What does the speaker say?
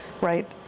right